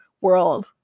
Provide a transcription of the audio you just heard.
world